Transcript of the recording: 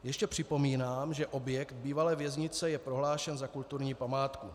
Ještě připomínám, že objekt bývalé věznice je prohlášen za kulturní památku.